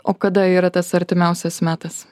o kada yra tas artimiausias metas